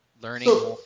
learning